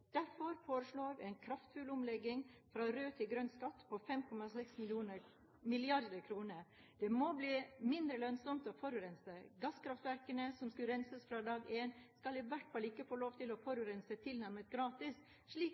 Derfor foreslår vi en kraftfull omlegging fra rød til grønn skatt på 5,6 mrd. kr. Det må bli mindre lønnsomt å forurense. Gasskraftverkene som skulle renses fra dag én, skal i hvert fall ikke få lov til å forurense tilnærmet gratis, slik